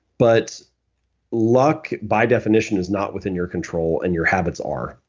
but luck by definition is not within your control and your habits are.